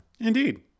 Indeed